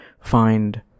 find